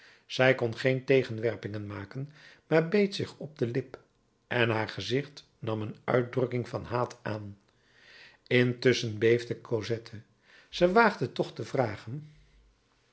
zij kon geen tegenwerpingen maken maar beet zich op de lip en haar gezicht nam een uitdrukking van haat aan intusschen beefde cosette zij waagde toch te vragen